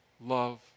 love